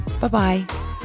Bye-bye